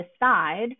decide